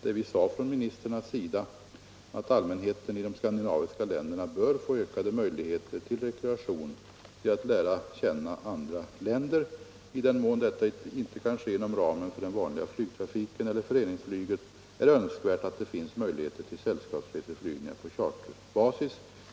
Då uttalade ministrarna att allmänheten i de skandinaviska länderna bör få ökade möjligheter till rekreation och till att lära känna andra länder. I den mån detta inte kan ske inom ramen för den vanliga flygtrafiken eller föreningsflyget är det önskvärt att det finns sällskapsreseflygningar på charterbasis.